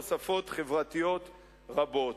תוספות חברתיות רבות.